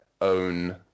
own